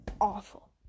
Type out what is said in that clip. awful